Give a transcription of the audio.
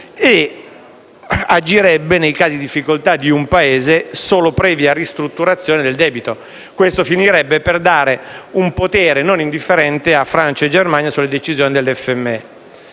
Agirebbe, nei casi di difficoltà di un Paese, solo previa ristrutturazione del debito e ciò finirebbe per dare un potere non indifferente a Francia e Germania sulle decisioni del